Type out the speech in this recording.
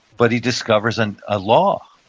but he discovers and a law.